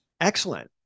excellent